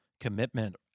commitment